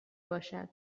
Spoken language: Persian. باشد